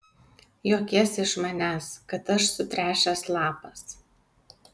juokiesi iš manęs kad aš sutręšęs lapas